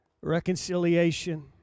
reconciliation